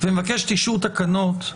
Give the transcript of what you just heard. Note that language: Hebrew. ומבקשת אישור תקנות,